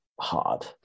hard